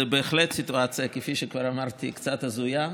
זו בהחלט סיטואציה, כפי שכבר אמרתי, קצת הזויה,